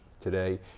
today